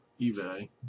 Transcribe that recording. eBay